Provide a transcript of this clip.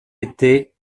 été